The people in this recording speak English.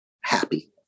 happy